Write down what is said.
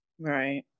Right